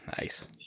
Nice